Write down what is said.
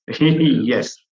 Yes